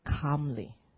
calmly